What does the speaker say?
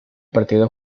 partido